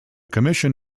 commission